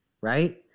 right